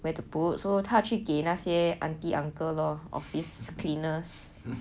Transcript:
where to put so 他去给那些 aunty uncle lor office cleaners